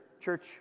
Church